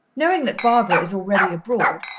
knowing that barbara is already abroad,